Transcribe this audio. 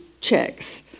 checks